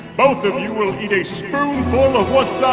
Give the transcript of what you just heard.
both of you will eat a so